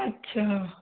अच्छा